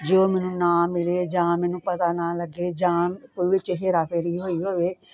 ਜੋ ਮੈਨੂੰ ਨਾ ਮਿਲੇ ਜਾਂ ਮੈਨੂੰ ਪਤਾ ਨਾ ਲੱਗੇ ਜਾਂ ਉਹ ਵਿੱਚ ਹੇਰਾਫੇਰੀ ਹੋਈ ਹੋਵੇ